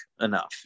enough